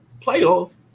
playoff